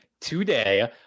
today